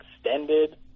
extended